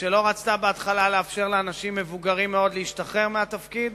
שבהתחלה לא רצתה לאפשר לאנשים מבוגרים מאוד להשתחרר מהתפקיד,